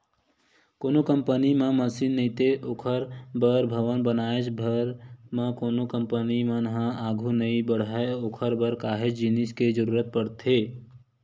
कोनो कंपनी म मसीन नइते ओखर बर भवन बनाएच भर म कोनो कंपनी मन ह आघू नइ बड़हय ओखर बर काहेच जिनिस के जरुरत पड़थे